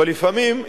אבל לפעמים,